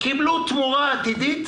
וקיבלו תמורה עתידית